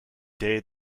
day